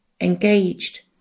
engaged